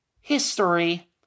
history